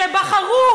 שבחרו,